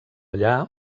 allà